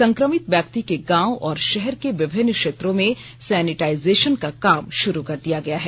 संक्रमित व्यक्ति के गांव और शहर के विभिन्न क्षेत्रों में सैनिटाइजेषन का काम शुरू कर दिया गया है